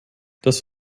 das